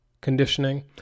conditioning